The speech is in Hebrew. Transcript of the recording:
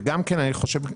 אני חושב,